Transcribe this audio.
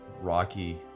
Rocky